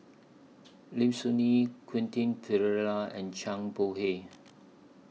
Lim Soo Ngee Quentin Pereira and Zhang Bohe